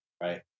right